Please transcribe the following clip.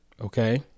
Okay